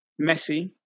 Messi